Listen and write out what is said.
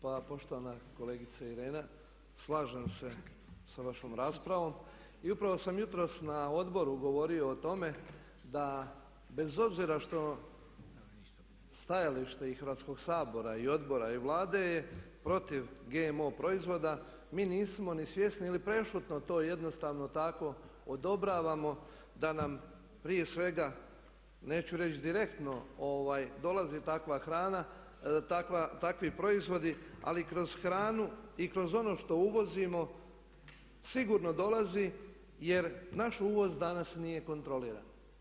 Pa poštovana kolegice Irena slažem se sa vašom raspravom i upravo sam jutros na odboru govorio o tome da bez obzira što stajalište i Hrvatskog sabora i odbora i Vlade je protiv GMO proizvoda mi nismo ni svjesni ili prešutno to jednostavno tako odobravamo da nam prije svega neću reći direktno dolaze takvi proizvodi ali kroz hranu i kroz ono što uvozimo sigurno dolazi jer naš uvoz danas nije kontroliran.